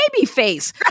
Babyface